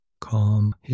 Calm